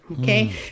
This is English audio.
okay